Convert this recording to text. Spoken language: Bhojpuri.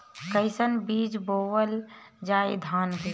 कईसन बीज बोअल जाई धान के?